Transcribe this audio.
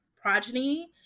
Progeny